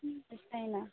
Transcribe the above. तशें कांय ना